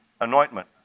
anointment